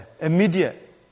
immediate